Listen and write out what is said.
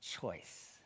choice